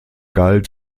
galt